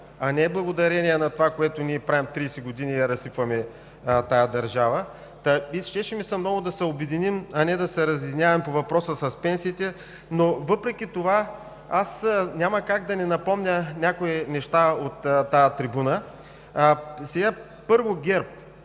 а не благодарение на това, което ние 30 години правим и разсипваме тази държава. Така че много ми се щеше да се обединим, а не да се разединяваме по въпроса с пенсиите. Въпреки това аз няма как да не напомня някои неща от тази трибуна. Първо,